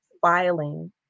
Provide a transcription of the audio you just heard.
filing